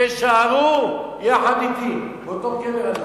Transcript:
תישארו יחד אתי, באותו קבר אנחנו.